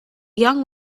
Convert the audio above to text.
young